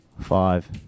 Five